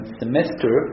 semester